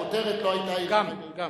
בכותרת לא היתה העיר טייבה.